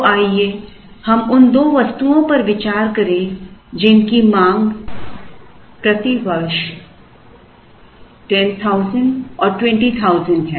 तो आइए हम उन 2 वस्तुओं पर विचार करें जिनकी मांग प्रति वर्ष 10000 और 20000 है